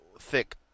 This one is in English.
thick